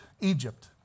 Egypt